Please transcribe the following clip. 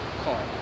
car